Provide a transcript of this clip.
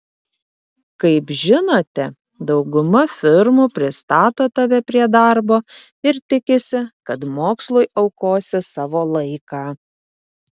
kaip žinote dauguma firmų pristato tave prie darbo ir tikisi kad mokslui aukosi savo laiką